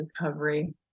recovery